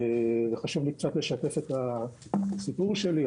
וחשוב לי לשתף את הסיפור שלי.